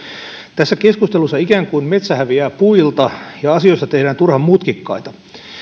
tässä keskustelussa ikään kuin metsä häviää puilta ja asioista tehdään turhan mutkikkaita